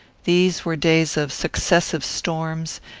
these were days of successive storms,